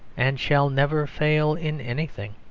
and shall never fail in anything.